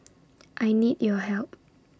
I need your help